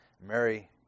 Mary